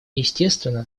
естественно